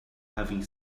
having